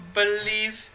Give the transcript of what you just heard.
believe